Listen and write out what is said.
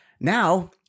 Now